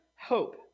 hope